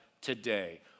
today